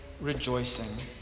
rejoicing